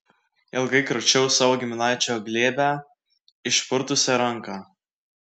ilgai kračiau savo giminaičio glebią išpurtusią ranką